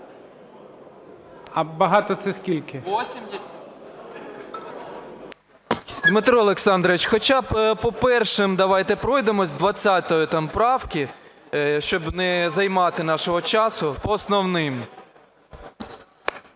ПОЛЯКОВ А.Е. 80. Дмитро Олександрович, хоча б по першим давайте пройдемось, з 20 правки, щоб не займати нашого часу. По основним.